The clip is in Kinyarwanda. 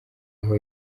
aho